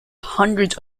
hundreds